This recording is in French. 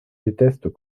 détestent